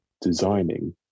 designing